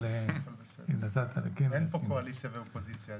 אבל אם נתת --- אין פה קואליציה ואופוזיציה.